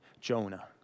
Jonah